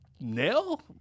nail